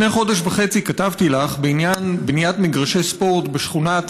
לפני חודש וחצי כתבתי לך בעניין בניית מגרשי ספורט בשכונת